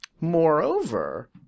Moreover